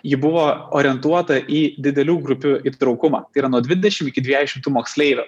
ji buvo orientuota į didelių grupių įtraukumą tai yra nuo dvidešim iki dviejų šimtų moksleivių